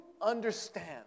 understand